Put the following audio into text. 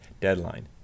deadline